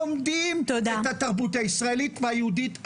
לומדים את התרבות הישראלית והיהודית ההיסטורית.